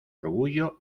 orgullo